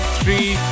three